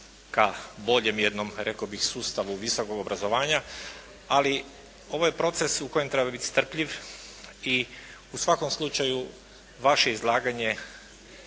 ka boljem jednom rekao bih sustavu visokog obrazovanja, ali ovo je proces u kojem treba biti strpljiv i u svakom slučaju vaše izlaganje